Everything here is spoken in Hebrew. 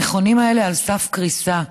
המכונים האלה על סף קריסה.